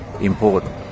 important